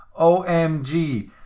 OMG